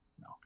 No